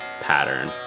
pattern